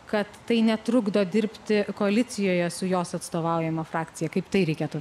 kad tai netrukdo dirbti koalicijoje su jos atstovaujama frakcija kaip tai reikėtų